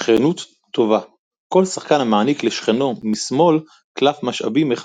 שכנות טובה - כל שחקן מעניק לשכנו משמאל קלף משאבים אחד.